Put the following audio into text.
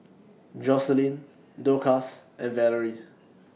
Joselin Dorcas and Valerie